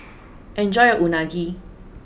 enjoy your Unagi